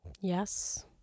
Yes